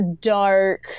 dark